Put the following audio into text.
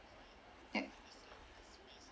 yup